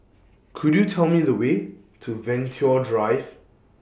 Could YOU Tell Me The Way to Venture Drive